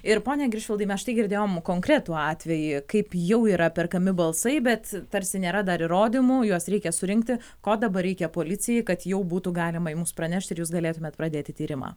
ir pone giršvildai mes štai girdėjom konkretų atvejį kaip jau yra perkami balsai bet tarsi nėra dar įrodymų juos reikia surinkti ko dabar reikia policijai kad jau būtų galima jums pranešti ir jūs galėtumėte pradėti tyrimą